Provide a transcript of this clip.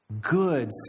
Good